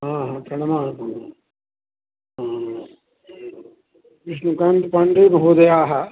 ह ह प्रणमामि आं विष्णुकान्त् पाण्डे महोदयाः